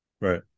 Right